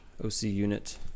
OCUnit